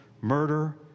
murder